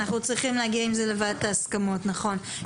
אנחנו צריכים להגיע עם זה לוועדת ההסכמות, נכון.